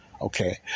Okay